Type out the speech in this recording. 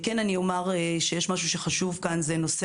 אני אומר שנושא חשוב כאן הוא נושא